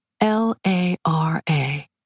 L-A-R-A